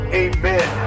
amen